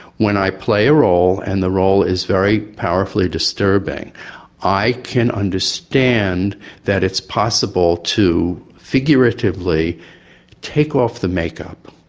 when i play a role and the role is very powerfully disturbing i can understand that it's possible to figuratively take off the makeup,